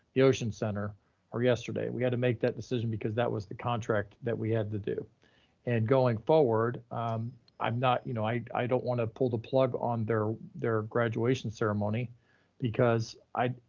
the ocean center or yesterday, we had to make that decision because that was the contract that we had to do and going forward i'm not, you know i i don't wanna pull the plug on their their graduation ceremony because i,